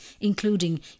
including